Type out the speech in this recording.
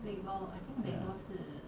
ya